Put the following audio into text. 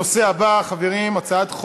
חברים יקרים,